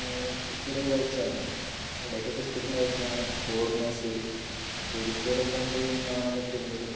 സ്ഥിരം കാഴ്ചയാണ് അവിടേക്കൊക്കെ സ്ഥിരം കാഴ്ചയാണ് ഫോറിനേഴ്സ് ടൂറിസ്റ്റുകളെല്ലാം പോയി കാണലൊക്കെ ഇണ്ട്